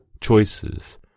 choices